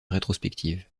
rétrospective